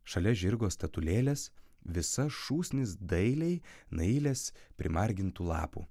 šalia žirgo statulėlės visa šūsnis dailiai nailės primargintų lapų